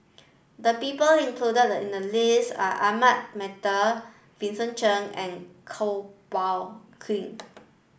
the people included in the list are Ahmad Mattar Vincent Cheng and Kuo Pao Kun